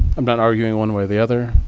i'm not arguing one way or the other,